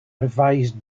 revised